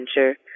adventure